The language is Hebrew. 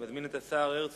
אני מזמין את השר הרצוג